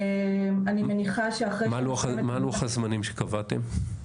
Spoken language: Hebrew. מה לוח הזמנים שקבעתם?